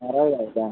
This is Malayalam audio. ആറായിരമാണോ ഏട്ടാ